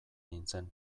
nintzen